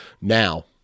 Now